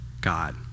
God